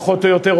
פחות או יותר,